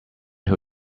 who